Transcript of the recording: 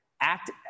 act